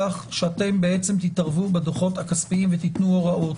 שאתם תתערבו בדוחות הכספיים ותיתנו הוראות.